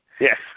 Yes